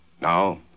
Now